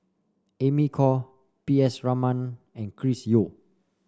Amy Khor P S Raman and Chris Yeo